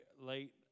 late